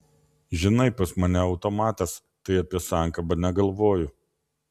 žinai pas mane automatas tai apie sankabą negalvoju